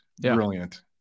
brilliant